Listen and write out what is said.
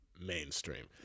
mainstream